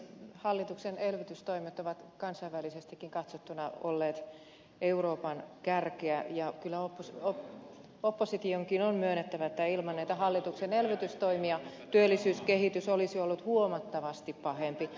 hallituksen elvytystoimet ovat kansainvälisestikin katsottuna olleet euroopan kärkeä ja kyllä oppositionkin on myönnettävä että ilman näitä hallituksen elvytystoimia työllisyyskehitys olisi ollut huomattavasti pahempi